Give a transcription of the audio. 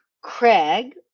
Craig